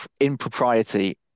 impropriety